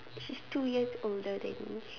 she's two years older than me